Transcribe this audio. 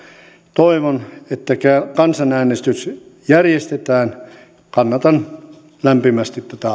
toivon että kansanäänestys järjestetään kannatan lämpimästi tätä